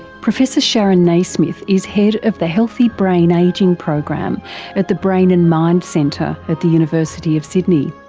professor sharon naismith is head of the healthy brain ageing program at the brain and mind centre at the university of sydney.